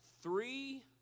three